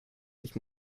sich